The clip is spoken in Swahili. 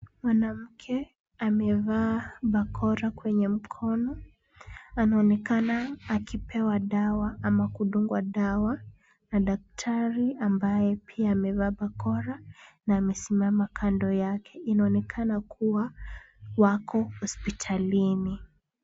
Mwanamke amevaa barakoa kwenye mkono, anaonekana akipewa dawa ama kudungwa dawa na daktari ambaye pia amevaa barakoa na amesimama kando yake. Inaonekana kuwa wako hospitalini.